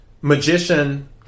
Magician